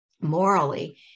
morally